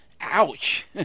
Ouch